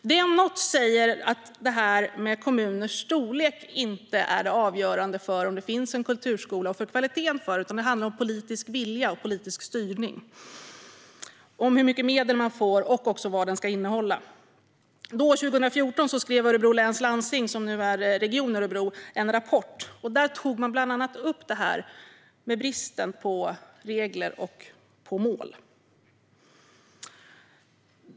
Detta om något säger att kommuners storlek inte är det avgörande för om det finns en kulturskola och för kvaliteten på den, utan det handlar om politisk vilja, styrning, hur mycket medel man får och vad den ska innehålla. År 2014 skrev Örebro Läns landsting, som nu är Region Örebro, en rapport. Där tog man bland annat upp bristen på regler och mål.